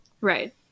right